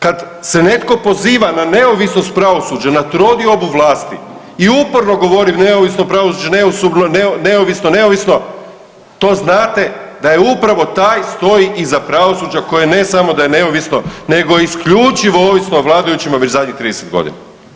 Kad se netko poziva na neovisnost pravosuđa, na trodiobu vlasti i uporno govori neovisno pravosuđe, neosobno, neovisno, neovisno to znate da je upravo taj stoji iza pravosuđa koje ne samo da je neovisno nego je isključivo ovisno o vladajućima već zadnjih 30 godina.